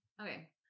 Okay